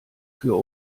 für